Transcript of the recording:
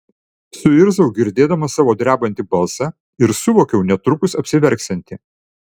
suirzau girdėdama savo drebantį balsą ir suvokiau netrukus apsiverksianti